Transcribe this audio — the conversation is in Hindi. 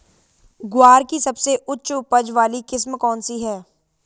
ग्वार की सबसे उच्च उपज वाली किस्म कौनसी है?